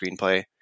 screenplay